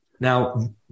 Now